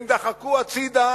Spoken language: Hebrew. הם דחקו הצדה